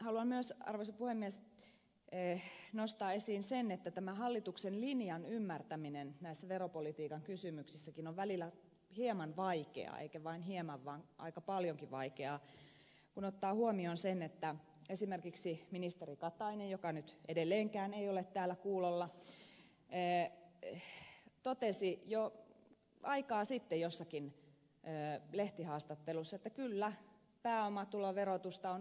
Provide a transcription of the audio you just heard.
haluan myös arvoisa puhemies nostaa esiin sen että tämä hallituksen linjan ymmärtäminen näissä veropolitiikan kysymyksissäkin on välillä hieman vaikeaa eikä vain hieman vaan aika paljonkin vaikeaa kun ottaa huomioon sen että esimerkiksi ministeri katainen joka nyt edelleenkään ei ole täällä kuulolla totesi jo aikaa sitten jossakin lehtihaastattelussa että kyllä pääomatuloverotusta on oikeudenmukaisuussyistä nostettava